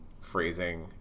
phrasing